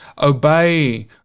obey